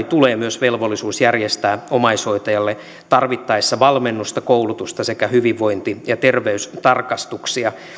tulee myös velvollisuus järjestää omaishoitajalle tarvittaessa valmennusta koulutusta sekä hyvinvointi ja terveystarkastuksia